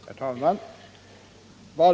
Herr talman!